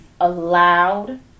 allowed